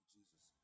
Jesus